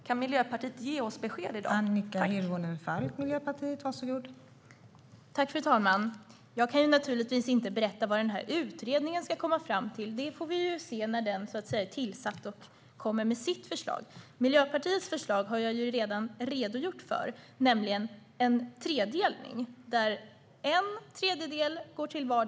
Kan Miljöpartiet ge oss besked i dag?